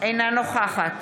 אינה נוכחת